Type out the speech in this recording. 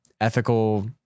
Ethical